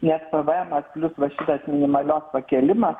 nes pvemas plus va šitas minimalios pakėlimas